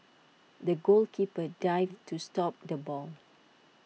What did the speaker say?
the goalkeeper dived to stop the ball